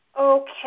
Okay